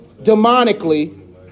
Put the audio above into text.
demonically